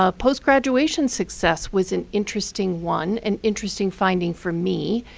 ah post graduation success was an interesting one, an interesting finding for me.